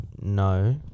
No